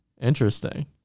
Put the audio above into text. Interesting